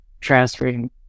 transferring